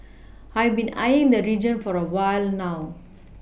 I've been eyeing the region for a while now